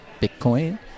Bitcoin